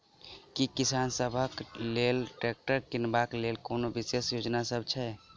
की किसान सबहक लेल ट्रैक्टर किनबाक लेल कोनो विशेष योजना सब छै?